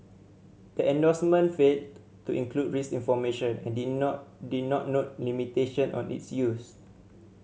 the endorsement failed to include risk information and did not did not note limitation on its use